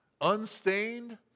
unstained